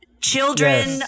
Children